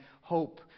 hope